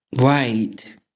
Right